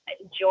enjoy